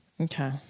Okay